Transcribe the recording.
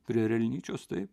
prie erelnyčios taip